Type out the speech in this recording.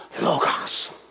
Logos